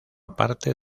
parte